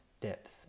depth